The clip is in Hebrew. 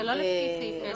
ש': זה לא לפי סעיף 10,